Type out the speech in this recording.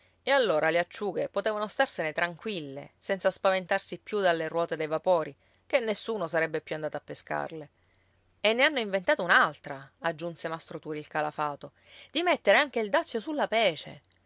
e allora le acciughe potevano starsene tranquille senza spaventarsi più dalle ruote dei vapori ché nessuno sarebbe più andato a pescarle e ne hanno inventata un'altra aggiunse mastro turi il calafato di mettere anche il dazio sulla pece